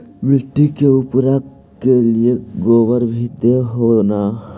मिट्टी के उर्बरक के लिये गोबर भी दे हो न?